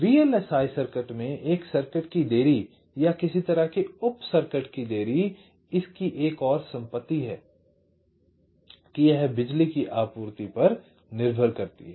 VLSI circuit में एक circuit की देरी या किसी तरह के उप सर्किट की देरी इसकी एक और संपत्ति है कि यह बिजली की आपूर्ति पर निर्भर करती है